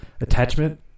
attachment